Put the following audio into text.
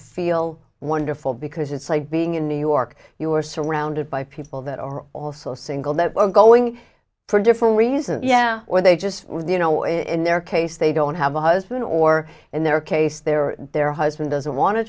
feel wonderful because it's like being in new york you are surrounded by people that are also single that are going for different reasons yeah or they just do you know in their case they don't have a husband or in their case their their husband doesn't wan